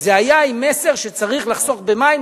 זה היה עם מסר שצריך לחסוך במים.